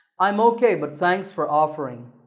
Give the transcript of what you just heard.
i'm ok but thanks for offering.